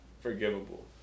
forgivable